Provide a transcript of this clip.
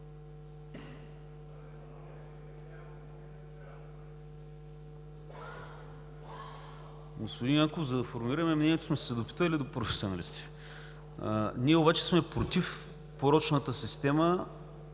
Господин Янков, за да формулираме, ние сме се допитали до професионалисти. Обаче сме против порочната система